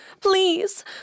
Please